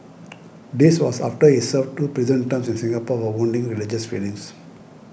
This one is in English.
this was after he served two prison terms in Singapore for wounding religious feelings